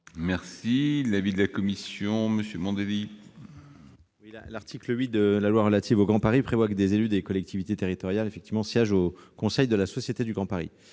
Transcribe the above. est l'avis de la commission ? L'article 8 de la loi relative au Grand Paris prévoit que des élus des collectivités territoriales siègent au conseil de la Société du Grand Paris.